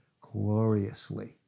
Gloriously